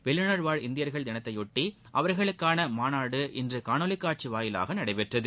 வெளிநாடுவாழ் இந்தியர் தினத்தையொட்டி அவர்களுக்கான மாநாடு இன்று காணொலி காட்சி வாயிலாக நடைபெற்றது